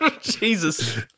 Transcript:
Jesus